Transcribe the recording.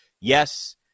Yes